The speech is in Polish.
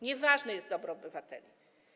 Nieważne jest dobro obywateli.